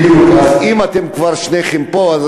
גם אני